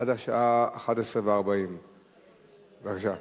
עד השעה 23:40. בבקשה.